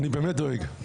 אני באמת דואג.